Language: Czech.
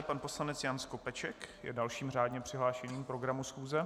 Pan poslanec Jan Skopeček je dalším řádně přihlášeným k programu schůze.